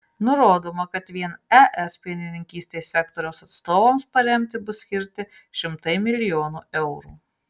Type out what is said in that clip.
nurodoma kad vien es pienininkystės sektoriaus atstovams paremti bus skirti šimtai milijonų eurų